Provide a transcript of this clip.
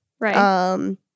Right